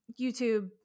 YouTube